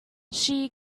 she